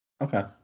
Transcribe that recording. Okay